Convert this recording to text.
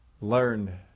learn